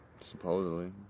Supposedly